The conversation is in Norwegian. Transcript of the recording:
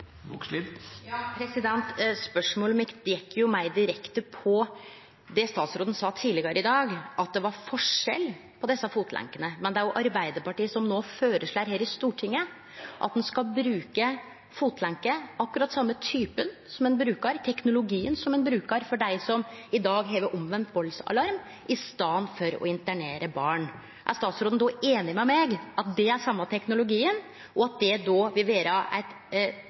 Spørsmålet mitt gjekk meir direkte på det statsråden sa tidlegare i dag, at det var forskjell på desse fotlenkene. Men det er jo Arbeidarpartiet som no føreslår i Stortinget at ein skal bruke fotlenke, akkurat den same typen – den same teknologien – som ein bruker på dei som i dag har omvend valdsalarm, i staden for å internere barn. Er statsråden einig med meg i at det er den same teknologien, og at det vil vere eit